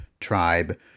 tribe